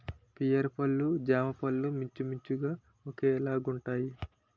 pear పళ్ళు జామపళ్ళు మించుమించుగా ఒకేలాగుంటాయి